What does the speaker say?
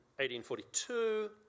1842